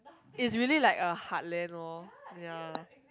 is really like a Heartland lor